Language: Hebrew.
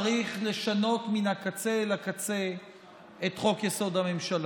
צריך לשנות מן הקצה אל הקצה את חוק-יסוד: הממשלה.